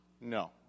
No